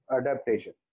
adaptation